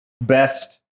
best